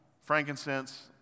frankincense